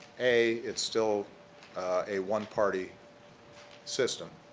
a it's still a one-party system